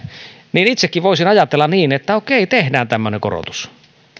niin itsekin voisin ajatella niin että okei tehdään tämmöinen korotus